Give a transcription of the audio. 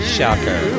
Shocker